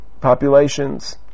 populations